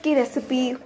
recipe